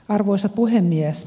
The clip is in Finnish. arvoisa puhemies